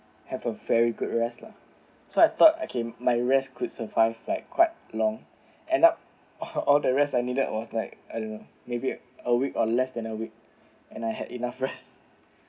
have a very good rest lah so I thought okay my rest could survive like quite long end up all the rest I needed was like I don't know maybe a week or less than a week and I had enough rest